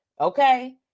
okay